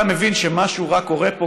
אתה מבין שמשהו רע קורה פה.